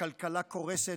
הכלכלה קורסת,